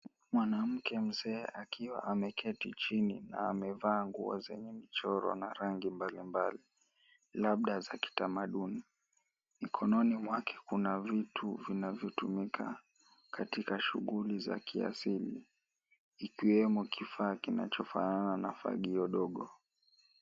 Mwanamke mzee akiwa ame keti chini amevaa nguo zenye mchoro na rangi mbali mbali labda za kitamaduni. Mkononi mwake kuna vitu vinavyatumika katika shuguli za kiasili ikiwemo kifaa kinachofanana na fagio ndogo.